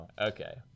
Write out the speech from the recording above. Okay